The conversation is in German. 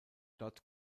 dort